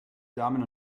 damen